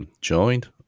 joined